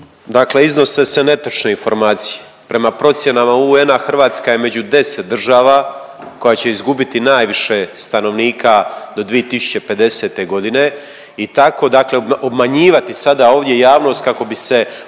Dakle, iznose se netočne informacije. Prema procjenama UN-a Hrvatska je među 10 država koja će izgubiti najviše stanovnika do 2050. godine i takvo obmanjivati sada ovdje javnost kako bi se